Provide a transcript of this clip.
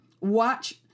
watch